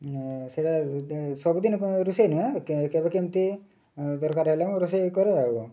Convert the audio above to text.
ସେଇଟା ସବୁଦିନ ରୋଷେଇ ନୁହେଁ କେବେ କେମିତି ଦରକାର ହେଲା ମୁଁ ରୋଷେଇ କରେ ଆଉ